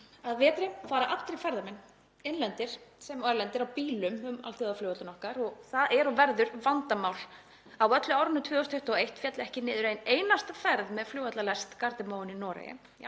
Að vetri fara allir ferðamenn, innlendir sem erlendir, á bílum á alþjóðaflugvöllinn okkar og það er og verður vandamál. Á öllu árinu 2021 féll ekki niður ein einasta ferð með flugvallarlest Gardermoen í Noregi,